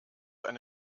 eine